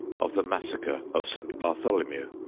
of the massacre of st. bartholomew,